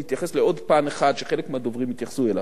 להתייחס לעוד פן אחד שחלק מהדוברים התייחסו אליו.